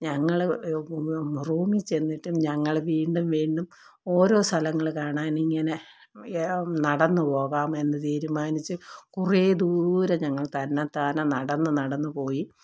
ഞങ്ങൾ റൂമി ചെന്നിട്ടും ഞങ്ങൾ വീണ്ടും വീണ്ടും ഓരോ സ്ഥലങ്ങൾ കാണാനിങ്ങനെ നടന്നു പോകാമെന്ന് തീരുമാനിച്ച് കുറെ ദൂരം ഞങ്ങൾ തന്നെത്താനെ നടന്ന് നടന്ന് പോയി